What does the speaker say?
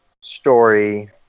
story